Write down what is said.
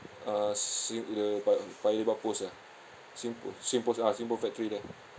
uh sing~ the pa~ paya lebar post ah singpost ah singpost factory there